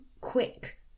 quick